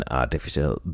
artificial